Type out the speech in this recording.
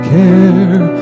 care